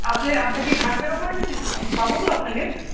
আপনি আপনি কি থাকবেন ওখানে দিদি তো আমি পাবো তো আপনাকে